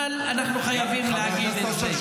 אבל אנחנו חייבים להגיד את זה.